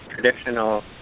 traditional